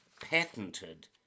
patented